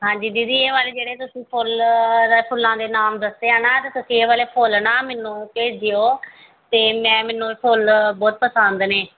ਹਾਂਜੀ ਦੀਦੀ ਇਹ ਵਾਲੇ ਜਿਹੜੇ ਤੁਸੀਂ ਫੁੱਲ ਦਾ ਫੁੱਲਾਂ ਦੇ ਨਾਮ ਦੱਸਿਆ ਨਾ ਤਾਂ ਤੁਸੀਂ ਇਹ ਵਾਲੇ ਫੁੱਲ ਨਾ ਮੈਨੂੰ ਭੇਜਿਓ ਤਾਂ ਮੈਂ ਮੈਨੂੰ ਫੁੱਲ ਬਹੁਤ ਪਸੰਦ ਨੇ